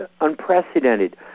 unprecedented